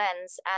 lens